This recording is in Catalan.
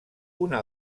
una